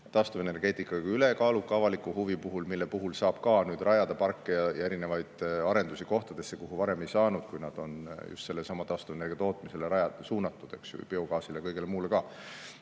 taastuvenergeetika kui ülekaaluka avaliku huvi üle, mille puhul saab ka rajada parke ja erinevaid arendusi kohtadesse, kuhu varem ei saanud, kui nad on just sellesama taastuvenergia tootmisele suunatud, biogaasile ja kõigele muule ka. Nii